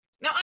Now